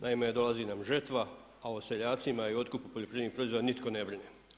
Naime, dolazi nam žetva a o seljacima i otkupu poljoprivrednih proizvoda nitko ne brine.